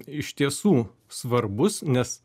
iš tiesų svarbus nes